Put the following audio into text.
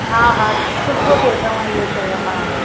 हा हा सुठो थियो तव्हां इहो चयो हा